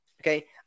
Okay